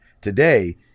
Today